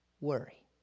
worry